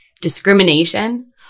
Discrimination